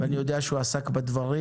ואני יודע שהוא עסק בדברים,